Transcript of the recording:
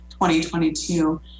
2022